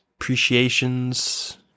appreciations